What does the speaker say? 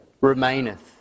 remaineth